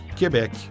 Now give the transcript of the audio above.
Quebec